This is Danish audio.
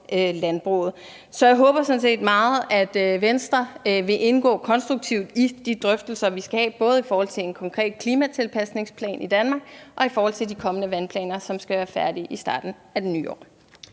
landbruget. Så jeg håber sådan set meget, at Venstre vil indgå konstruktivt i de drøftelser, vi skal have, både i forhold til en konkret klimatilpasningsplan i Danmark og i forhold til de kommende vandplaner, som skal være færdige i starten af det nye år.